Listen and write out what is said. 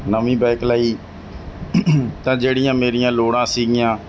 ਨਵੀਂ ਬਾਈਕ ਲਈ ਤਾਂ ਜਿਹੜੀਆਂ ਮੇਰੀਆਂ ਲੋੜਾਂ ਸੀਗੀਆਂ